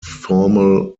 formal